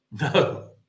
no